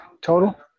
total